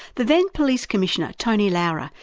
the then police commissioner, tony lauer,